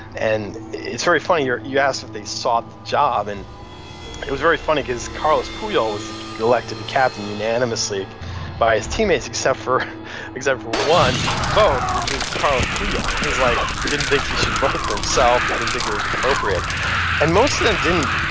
and it's very funny you ask if they sought the job. and it was very funny because carles puyol was elected to captain unanimously by his teammates except for except for one vote which was carles puyol. he's like didn't think he should vote for himself he didn't think it was appropriate and most of them didn't,